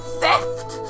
theft